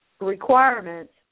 requirements